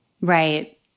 Right